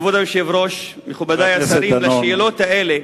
כבוד היושב-ראש, מכובדי השרים, על השאלות האלה